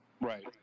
Right